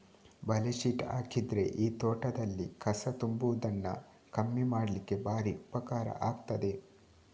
ಬಲೆ ಶೀಟ್ ಹಾಕಿದ್ರೆ ಈ ತೋಟದಲ್ಲಿ ಕಸ ತುಂಬುವುದನ್ನ ಕಮ್ಮಿ ಮಾಡ್ಲಿಕ್ಕೆ ಭಾರಿ ಉಪಕಾರ ಆಗ್ತದೆ